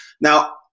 Now